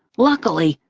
luckily,